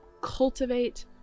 cultivate